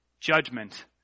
judgment